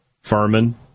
Furman